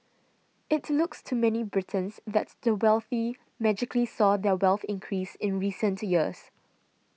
it looks to many Britons that the wealthy magically saw their wealth increase in recent years